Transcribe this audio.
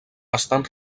estan